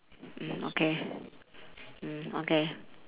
mm okay